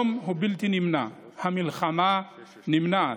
"המלחמה היא נמנעת.